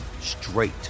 straight